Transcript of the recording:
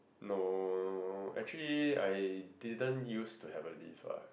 no actually I didn't used to have a lift ah